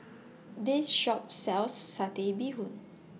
This Shop sells Satay Bee Hoon